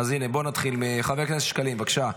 הינה, בוא נתחיל מחבר הכנסת שקלים, בבקשה.